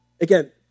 again